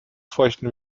feuchten